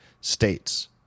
States